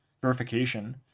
verification